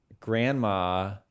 Grandma